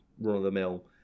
run-of-the-mill